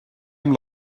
amb